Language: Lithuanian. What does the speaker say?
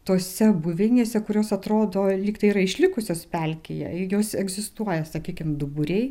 tose buveinėse kurios atrodo lyg tai yra išlikusios pelkėje jos egzistuoja sakykim duburiai